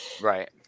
right